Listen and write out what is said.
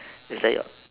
is that your